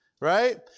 Right